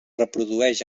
reprodueix